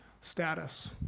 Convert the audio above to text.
status